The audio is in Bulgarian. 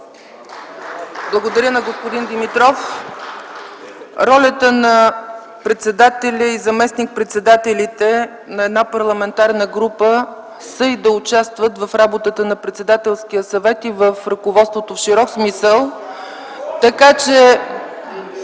Благодаря на господин Димитров. Ролята на председателя и заместник-председателите на една парламентарна група е и да участват в работата на Председателския съвет и в ръководството в широк смисъл.